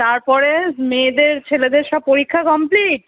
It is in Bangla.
তারপরে মেয়েদের ছেলেদের সব পরীক্ষা কমপ্লিট